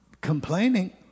complaining